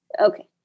okay